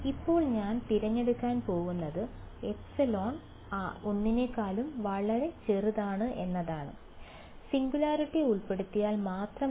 ഇപ്പോൾ ഞാൻ തിരഞ്ഞെടുക്കാൻ പോകുന്നത് ε 1 പോലെ ε വളരെ ചെറുതാണ് സിംഗുലാരിറ്റി ഉൾപ്പെടുത്തിയാൽ മാത്രം മതി